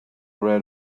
read